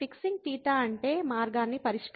fixing θ అంటే మార్గాన్ని పరిష్కరించడం